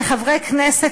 כחברי כנסת,